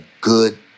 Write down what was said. good